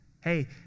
hey